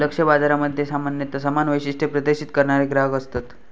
लक्ष्य बाजारामध्ये सामान्यता समान वैशिष्ट्ये प्रदर्शित करणारे ग्राहक असतत